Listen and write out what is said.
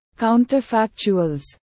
counterfactuals